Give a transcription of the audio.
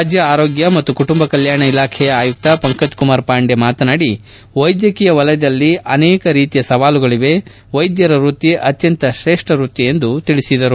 ರಾಜ್ಯ ಆರೋಗ್ಯ ಮತ್ತು ಕುಟುಂಬ ಕಲ್ಯಾಣ ಇಲಾಖೆಯ ಆಯುಕ್ತ ಪಂಕಜ್ ಕುಮಾರ್ ಪಾಂಡೆ ಮಾತನಾಡಿ ವೈದ್ಯಕೀಯ ವಲಯದಲ್ಲಿ ಅನೇಕ ರೀತಿಯ ಸವಾಲುಗಳಿವೆ ವೈದ್ಯರ ವೃತ್ತಿ ಅತ್ಯಂತ ಕ್ರೇಷ್ಠ ವೃತ್ತಿ ಎಂದು ಹೇಳಿದರು